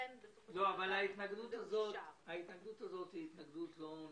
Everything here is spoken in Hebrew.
ההתנגדות הזאת היא התנגדות לא נכונה.